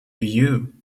you